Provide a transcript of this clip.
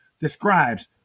describes